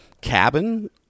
cabin